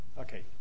Okay